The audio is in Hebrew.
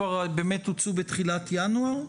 הוצאו בתחילת ינואר?